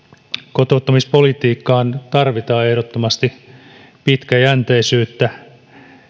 kotouttamispolitiikkaan tarvitaan ehdottomasti pitkäjänteisyyttä